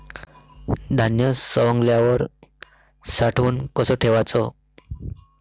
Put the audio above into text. धान्य सवंगल्यावर साठवून कस ठेवाच?